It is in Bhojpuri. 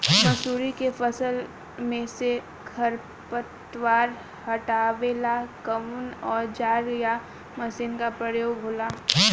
मसुरी के फसल मे से खरपतवार हटावेला कवन औजार या मशीन का प्रयोंग होला?